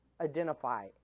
identify